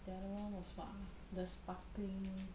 the other one was what ah the sparkling